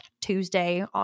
Tuesday